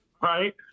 Right